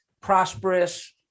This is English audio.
prosperous